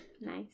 nice